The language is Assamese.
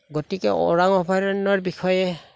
গতিকে ওৰাং অভয়াৰণ্যৰ বিষয়ে